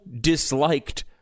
disliked